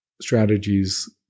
strategies